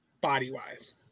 body-wise